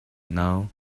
now